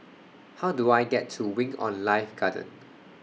How Do I get to Wing on Life Garden